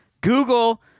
Google